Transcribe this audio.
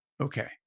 okay